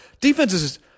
Defenses